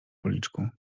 policzku